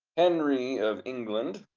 um henry of england,